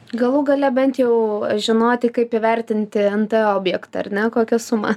galų gale bent jau žinoti kaip įvertinti en t objektą ar ne kokią sumą